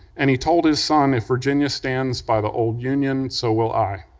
and he told his son, if virginia stands by the old union, so will i.